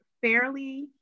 fairly